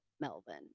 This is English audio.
Melvin